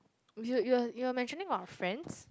you you are you are mentioning about friends